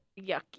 Yucky